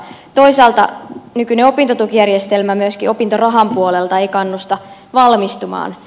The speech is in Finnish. toisaalta nykyinen opintotukijärjestelmä myöskään opintorahan puolelta ei kannusta valmistumaan